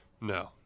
No